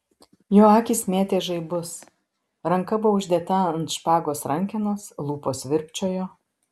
jo akys mėtė žaibus ranka buvo uždėta ant špagos rankenos lūpos virpčiojo